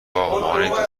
باغبانی